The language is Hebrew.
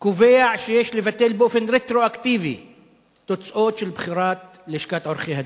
קובע שיש לבטל באופן רטרואקטיבי תוצאות של בחירות בלשכת עורכי-הדין,